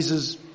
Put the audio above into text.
Jesus